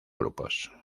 grupos